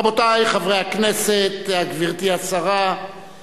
רבותי חברי הכנסת, גברתי השרה,